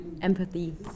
empathy